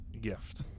gift